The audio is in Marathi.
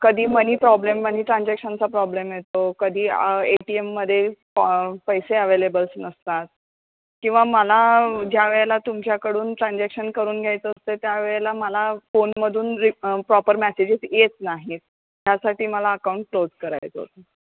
कधी मनी प्रॉब्लेम मनी ट्रान्जॅक्शनचा प्रॉब्लेम येतो कधी ए टी एममध्ये प पैसे अवेलेबल्स नसतात किंवा मला ज्या वेळेला तुमच्याकडून ट्रान्जॅक्शन करून घ्यायचं असतं त्यावेळेला मला फोनमधून रि प्रॉपर मॅसेजेस येत नाही यासाठी मला अकाऊंट क्लोज करायचं होतं